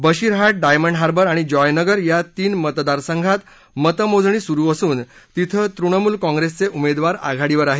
Basirhat diamond harbour आणि जॉयनगर या तीन मतदारसंघात मतमोजणी सुरू असून तिथं तृणमूल काँग्रेसचे उमेदवार आघाडीवर आहेत